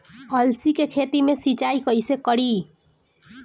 अलसी के खेती मे सिचाई कइसे करी?